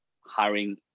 hiring